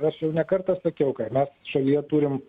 aš jau ne kartą sakiau kad mes šalyje turime